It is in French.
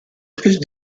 plus